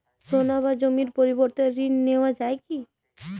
সোনা বা জমির পরিবর্তে ঋণ নেওয়া যায় কী?